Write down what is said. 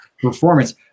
performance